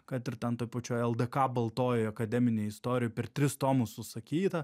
kad ir ten toj pačioj ldk baltojoj akademinėj istorijoj per tris tomus susakyta